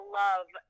love